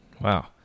wow